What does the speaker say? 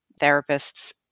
therapists